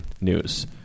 news